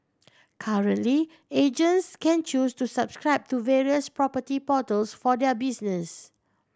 currently agents can choose to subscribe to various property portals for their businesses